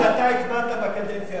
מאותה סיבה שאתה הצבעת בקדנציה